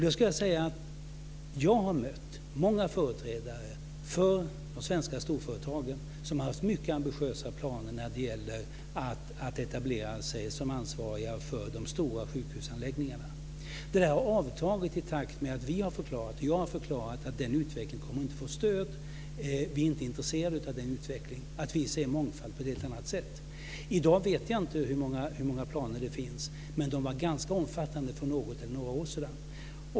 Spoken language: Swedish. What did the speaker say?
Då skulle jag vilja säga att jag har mött många företrädare för de svenska storföretagen som har haft mycket ambitiösa planer på att etablera sig som ansvariga för de stora sjukhusanläggningarna. Det där har avtagit i takt med att vi har förklarat, jag har förklarat, att den utvecklingen inte kommer att få stöd, att vi inte är intresserade av den utvecklingen och att vi ser mångfald på ett helt annat sätt. I dag vet jag inte hur många planer det finns, men de var ganska omfattande för något eller några år sedan.